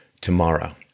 tomorrow